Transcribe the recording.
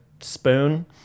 spoon